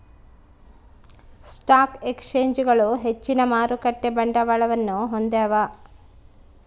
stock ಎಕ್ಸ್ಚೇಂಜ್ಗಳು ಹೆಚ್ಚಿನ ಮಾರುಕಟ್ಟೆ ಬಂಡವಾಳವನ್ನು ಹೊಂದ್ಯಾವ